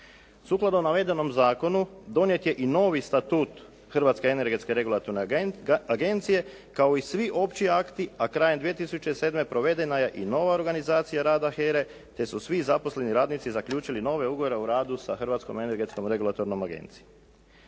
Sukladno navedenom zakonu donijet je i novi statut Hrvatske energetske regulatorne agencije kao i svi opći akti, a krajem 2007. provedena je i nova organizacija rada HERA-e te su svi zaposleni radnici zaključili nove ugovore o radu sa Hrvatskom energetskom regulatornom agencijom.